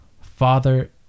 father